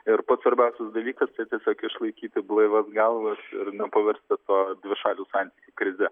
ir pats svarbiausias dalykas tai tiesiog išlaikyti blaivias galvas ir nepaversti to dvišalių santykių krize